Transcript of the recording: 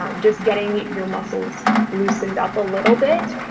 um just getting your muscles loosened up a little bit,